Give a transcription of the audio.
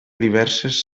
diverses